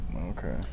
Okay